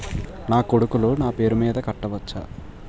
నా కొడుకులు నా పేరి మీద కట్ట వచ్చా?